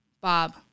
Bob